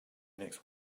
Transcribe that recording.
next